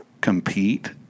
compete